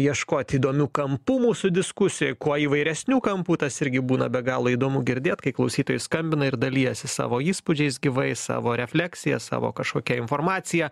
ieškoti įdomių kampų mūsų diskusijoj kuo įvairesnių kampų tas irgi būna be galo įdomu girdėt kai klausytojai skambina ir dalijasi savo įspūdžiais gyvai savo refleksija savo kažkokia informacija